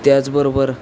त्याचबरोबर